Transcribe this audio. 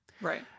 Right